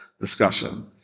discussion